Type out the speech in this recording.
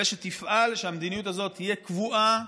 ושתפעל שהמדיניות הזאת תהיה קבועה,